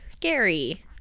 Gary